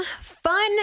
fun